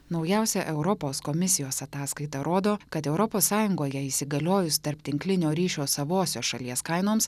naujausia europos komisijos ataskaita rodo kad europos sąjungoje įsigaliojus tarptinklinio ryšio savosios šalies kainoms